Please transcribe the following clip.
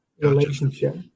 relationship